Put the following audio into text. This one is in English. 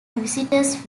visitors